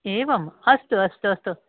एवम् अस्तु अस्तु अस्तु